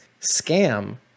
Scam